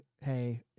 hey